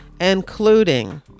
including